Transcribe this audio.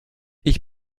ich